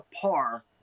par